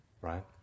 Right